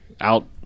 Out